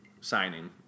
signing